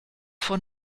von